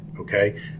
Okay